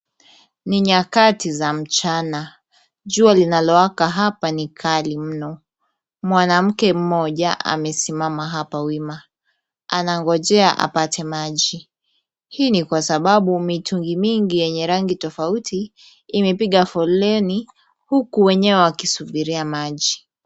Ni nyakati za mchana, jua linalowaka hapa ni kali mno, mwanamke mmoja amesimama hapa wima, anangojea apate maji. Hii ni kwa sababu mitungi mingi yenye rangi tofauti imepiga foleni huku wenyewe wakisubiria maji.